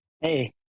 Hey